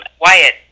Wyatt